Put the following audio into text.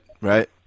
right